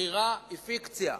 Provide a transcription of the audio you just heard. החכירה היא פיקציה,